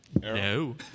No